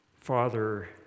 Father